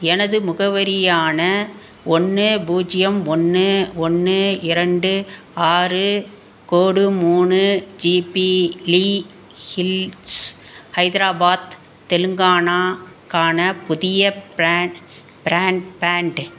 எனது முகவரியான ஒன்று பூஜ்ஜியம் ஒன்று ஒன்று இரண்டு ஆறு கோடு மூணு ஜிபிலி ஹில்ஸ் ஹைதராபாத் தெலுங்கானாக்கான புதிய ப்ரேன் ப்ரேன்பேண்ட்டு